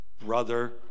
Brother